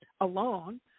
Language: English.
alone